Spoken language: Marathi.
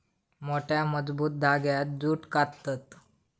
मोठ्या, मजबूत धांग्यांत जूट काततत